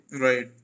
Right